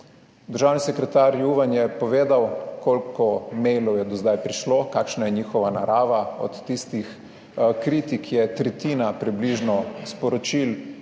Državni sekretar Juvan je povedal koliko mailov je do zdaj prišlo, kakšna je njihova narava. Od tistih kritik je tretjina približno sporočil,